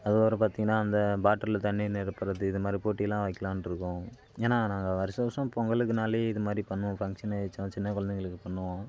அதுக்கப்புறம் பார்த்தீங்கன்னா அந்த பாட்டிலில் தண்ணீர் நிரப்புறது இது மாதிரி போட்டியெலாம் வைக்கலான்ட்ருக்கோம் ஏன்னால் நாங்கள் வருஷ வருஷம் பொங்கலுக்குனாலே இது மாதிரி பண்ணுவோம் ஃபங்க்ஷனு ஏதாச்சும் சின்ன குழந்தைகளுக்கு பண்ணுவோம்